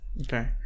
Okay